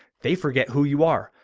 they forget who you are.